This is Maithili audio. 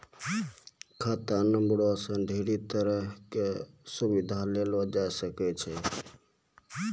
खाता नंबरो से ढेरी तरहो के सुविधा लेलो जाय सकै छै